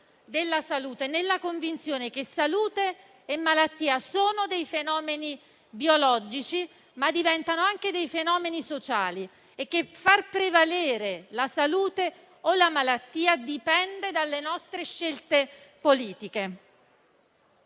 della salute, nella convinzione che salute e malattia sono dei fenomeni biologici, ma che diventano anche sociali e che far prevalere la salute o la malattia dipende dalle nostre scelte politiche.